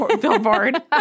billboard